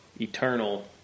eternal